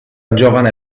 giovane